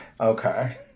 Okay